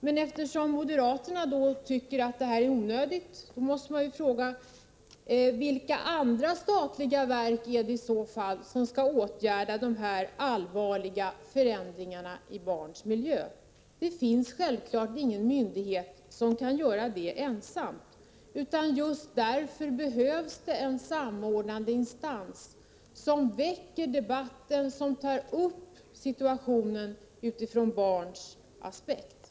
Men eftersom moderaterna tycker att rådet är onödigt måste jag fråga: Vilka andra statliga verk skall i så fall åtgärda dessa allvarliga förändringar i barns miljö? Det finns självfallet ingen myndighet som kan göra det ensamt. Just därför behövs en samordnande instans som väcker debatt och tar upp situationen från barns perspektiv.